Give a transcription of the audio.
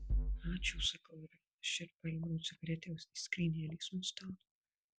ačiū sakau aš ir paėmiau cigaretę iš skrynelės nuo stalo